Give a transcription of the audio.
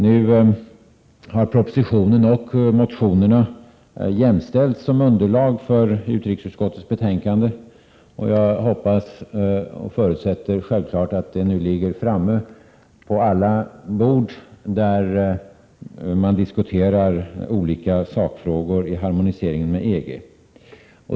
Nu har propositionen och motionerna jämställts som underlag för utrikesutskottets betänkande, och jag hoppas och förutsätter att det är självklart att betänkandet nu ligger framme på alla bord vid vilka man diskuterar olika sakfrågor när det gäller harmoniseringen med EG.